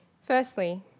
Firstly